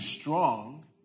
strong